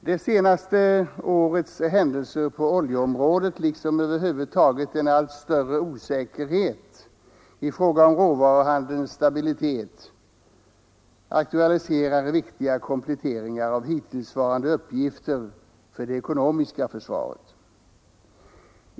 Det senaste årets händelser på oljeområdet — liksom över huvud taget en allt större osäkerhet i fråga om råvaruhandelns stabilitet — aktualiserar viktiga kompletteringar av hittillsvarande uppgifter för det ekonomiska försvaret.